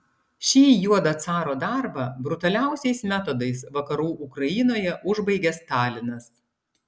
šį juodą caro darbą brutaliausiais metodais vakarų ukrainoje užbaigė stalinas